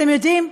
אתם יודעים,